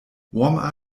warm